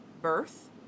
birth